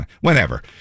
whenever